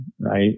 right